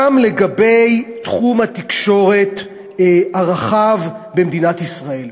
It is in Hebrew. גם לגבי תחום התקשורת הרחב במדינת ישראל.